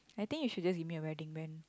I think you should just give me a wedding man